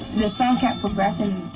the song kept progressing,